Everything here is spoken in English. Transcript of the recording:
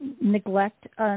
neglect